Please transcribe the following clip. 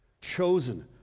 chosen